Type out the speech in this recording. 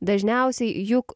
dažniausiai juk